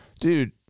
Dude